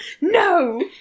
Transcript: No